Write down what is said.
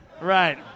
Right